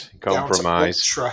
compromise